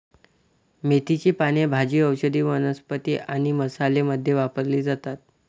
मेथीची पाने भाजी, औषधी वनस्पती आणि मसाला मध्ये वापरली जातात